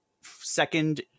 second